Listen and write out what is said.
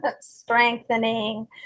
strengthening